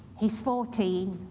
he's fourteen,